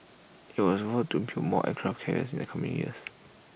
IT was vowed to build more aircraft carriers in the coming years